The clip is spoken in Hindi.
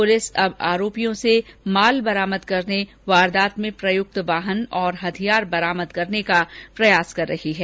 पुलिस अब आरोपियों से माल बरामद करने वारदात में प्रयुक्त वाहन और हथियार बरामद करने का प्रयास कर रही है